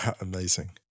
amazing